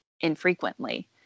infrequently